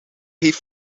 heeft